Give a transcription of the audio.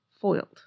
foiled